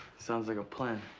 sounds like a plan.